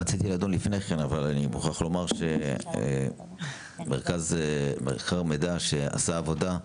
רציתי לדון לפני כן אבל אני מוכרח לומר שמרכז המחקר והמידע עשה עבודה,